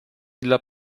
dla